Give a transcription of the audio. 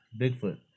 Bigfoot